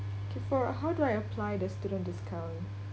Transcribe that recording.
okay for how do I apply the student discount